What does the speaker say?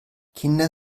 kinder